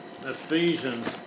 Ephesians